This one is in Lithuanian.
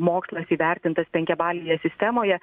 mokslas įvertintas penkiabalėje sistemoje